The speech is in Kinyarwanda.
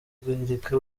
guhirika